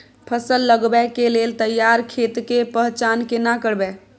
फसल लगबै के लेल तैयार खेत के पहचान केना करबै?